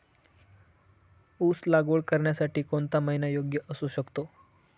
ऊस लागवड करण्यासाठी कोणता महिना योग्य असू शकतो?